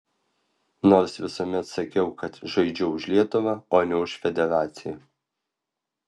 nors visuomet sakiau kad žaidžiu už lietuvą o ne už federaciją